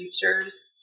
futures